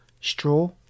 straw